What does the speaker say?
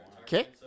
Okay